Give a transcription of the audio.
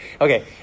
Okay